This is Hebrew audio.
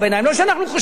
לא שאנחנו חושבים,